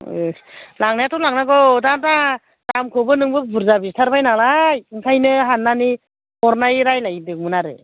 अ लांनायाथ' लांनांगौ दा बा दामखौबो नोंबो बुर्जा बिथारबाय नालाय ओंखायनो हाननानै हरनाय रायलायदोंमोन आरो